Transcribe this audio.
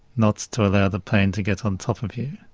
not to allow the pain to get on top of you.